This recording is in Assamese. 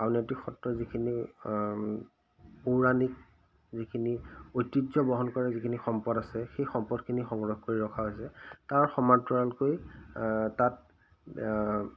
আউনীয়তি সত্ৰ যিখিনি পৌৰাণিক যিখিনি ঐতিহ্য বহন কৰে যিখিনি সম্পদ আছে সেই সম্পদখিনি সংগ্ৰহ কৰি ৰখা হৈছে তাৰ সমান্তৰালকৈ তাত